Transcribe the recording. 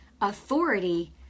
authority